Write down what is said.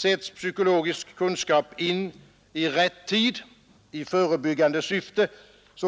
Sätts psykologisk kunskap in i rätt tid i förebyggande syfte,